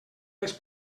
les